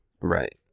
right